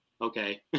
okay